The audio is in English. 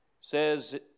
says